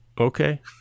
Okay